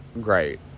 great